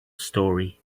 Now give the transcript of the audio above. story